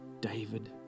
David